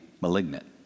malignant